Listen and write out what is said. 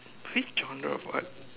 which genre of art